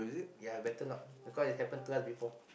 ya better lock because it happen to us before